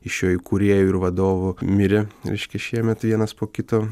iš jo įkūrėjų ir vadovų mirė reiškia šiemet vienas po kito